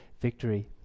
victory